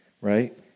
right